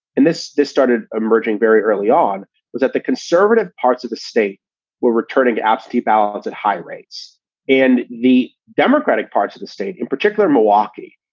and this this started emerging very early on was that the conservative parts of the state were returning absentee ballots at high rates and the democratic parts of the state in particular, milwaukee,